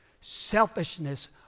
Selfishness